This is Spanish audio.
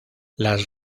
las